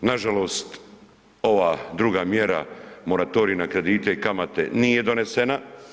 Nažalost, ova druga mjera moratorij na kredite i kamate nije donesena.